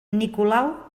nicolau